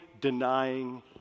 denying